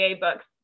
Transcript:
books